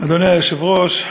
אדוני היושב-ראש,